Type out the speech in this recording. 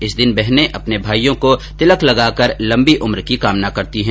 इस दिन बहनें अपने भाईयों को तिलक लगाकर लम्बी उम्र की कामना करती है